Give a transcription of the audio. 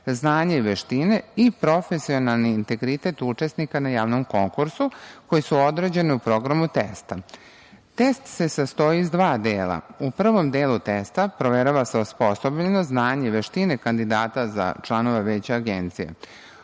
znanje i veštine i profesionalni integritet učesnika na javnom konkursu, koji su određeni u programu testa. Test se sastoji iz dva dela. U prvom delu testa proverava se osposobljenost, znanje i veštine kandidata za članove Veća Agencije.